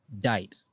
died